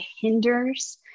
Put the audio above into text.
hinders